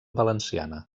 valenciana